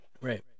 Right